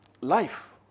Life